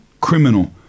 criminal